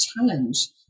challenge